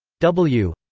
w?